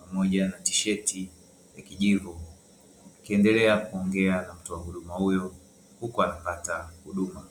pamoja na tisheti ya kijivu, akiendelea kuongea na mtoa huduma huyo huku anapata huduma .